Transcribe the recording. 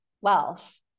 wealth